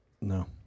No